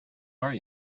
are